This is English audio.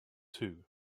two